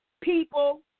people